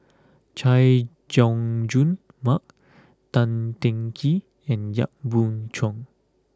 Chay Jung Jun Mark Tan Teng Kee and Yap Boon Chuan